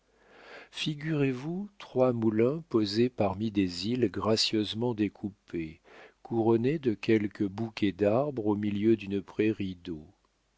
figurez-vous trois moulins posés parmi des îles gracieusement découpées couronnées de quelques bouquets d'arbres au milieu d'une prairie d'eau